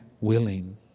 willing